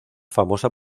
famosa